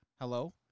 Hello